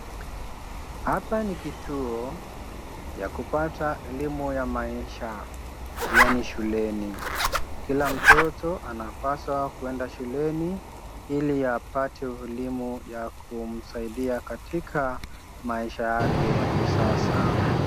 Hapa ni kituo ya kupata elimu ya maisha yaani shuleni. Kila mtoto anapaswa kuenda shuleni ili apate elimu ya kumsaidia katika maisha yake ya kisasa.